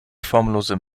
formlose